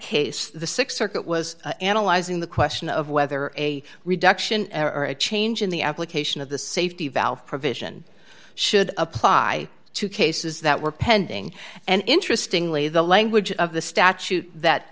case the th circuit was analyzing the question of whether a reduction or a change in the application of the safety valve provision should apply to cases that were pending and interesting lee the language of the statute that